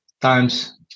times